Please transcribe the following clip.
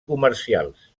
comercials